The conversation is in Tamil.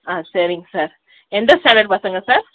ஆ சரிங்க சார் எந்த ஸ்டேண்டர்டு பசங்க சார்